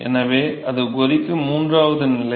எனவே அது கொதிக்கும் மூன்றாவது நிலை